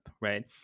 right